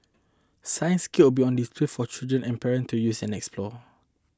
science kits will be on display for children and parents to use and explore